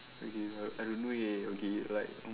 okay I I don't know leh okay like mm